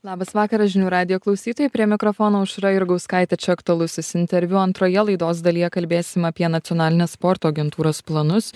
labas vakaras žinių radijo klausytojai prie mikrofono aušra jurgauskaitė čia aktualusis interviu antroje laidos dalyje kalbėsim apie nacionalinės sporto agentūros planus